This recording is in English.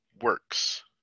works